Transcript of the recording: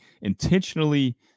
intentionally